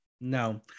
No